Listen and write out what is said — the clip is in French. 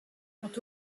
quant